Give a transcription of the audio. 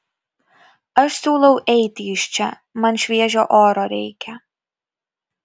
aš siūlau eiti iš čia man šviežio oro reikia